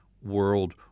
world